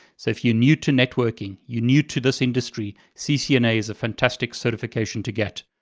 so if you're new to networking, you're new to this industry, ccna is a fantastic certification to get.